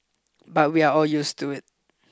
but we are all used to it